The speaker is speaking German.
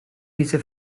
diese